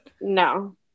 No